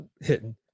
hitting